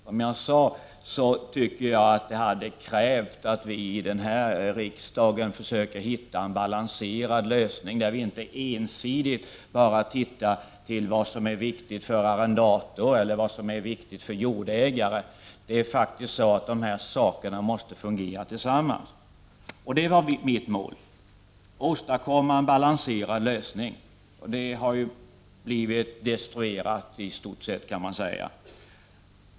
Som jag sade tycker jag att det krävs att vi i riksdagen försöker finna en balanserad lösning i frågan, där vi inte ensidigt bara tittar på vad som är viktigt för arrendatorn resp. jordägaren. Allt måste fungera i en helhet. Mitt mål var att åstadkomma en balanserad lösning. Det har blivit destruerat.